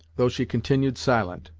though she continued silent.